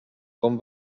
com